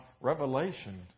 revelation